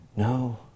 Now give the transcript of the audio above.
No